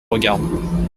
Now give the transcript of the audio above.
regarde